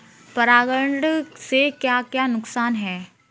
परागण से क्या क्या नुकसान हैं?